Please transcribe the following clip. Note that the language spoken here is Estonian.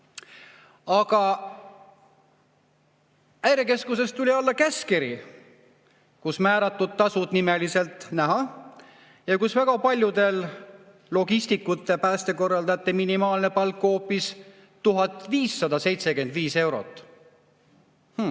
Aga Häirekeskuses tuli käskkiri, milles määratud tasud on nimeliselt näha ja kus väga paljude logistikute, päästekorraldajate minimaalne palk on hoopis 1575 eurot. Hm,